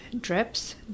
drips